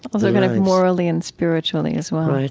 ah so kind of morally and spiritually as well right.